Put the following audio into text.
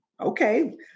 Okay